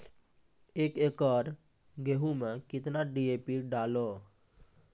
एक एकरऽ गेहूँ मैं कितना डी.ए.पी डालो?